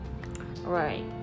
Right